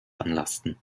anlasten